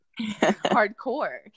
hardcore